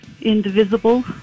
Indivisible